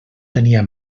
tenia